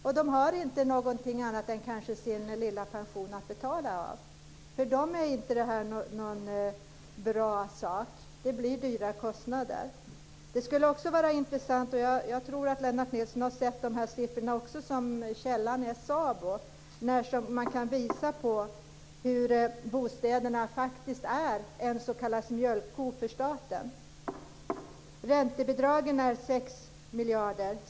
Och de har inte någonting annat än kanske sin lilla pension att betala med. För dem är inte det här någon bra sak. Det blir höga kostnader. Det finns intressanta siffror som jag tror att Lennart Nilsson också har sett. Källan är SABO. Man kan visa på hur bostäderna faktiskt är en s.k. mjölkko för staten. Räntebidragen är 6 miljarder.